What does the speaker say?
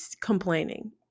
complaining